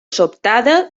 sobtada